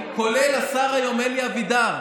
כולל השר אלי אבידר,